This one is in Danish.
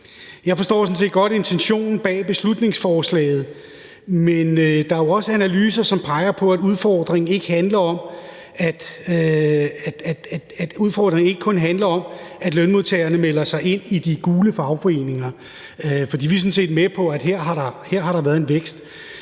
set godt intentionen bag beslutningsforslaget, men der er jo også analyser, som peger på, at udfordringen ikke kun handler om, at lønmodtagerne melder sig ind i de gule fagforeninger, for vi er sådan set med på, at der her har været en vækst.